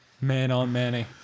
Man-on-Manny